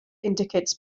indicates